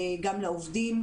גם לעובדים,